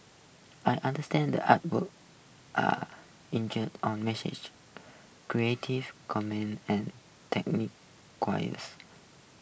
I understand that artworks are injueried on message creative and technique